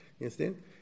understand